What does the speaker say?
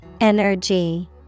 Energy